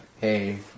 Hey